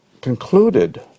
concluded